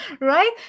Right